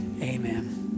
Amen